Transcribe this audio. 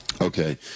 Okay